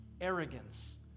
arrogance